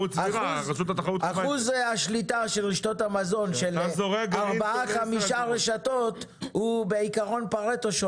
אחוז השליטה של רשתות המזון של ארבעה-חמישה רשתות הוא בעיקרון פרטו,